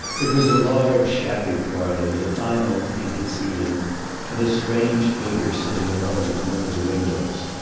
it was a large shabby parlor, with a fine old painted ceiling and a strange figure sitting alone at one of the windows.